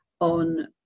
on